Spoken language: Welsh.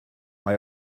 mae